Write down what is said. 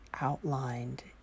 outlined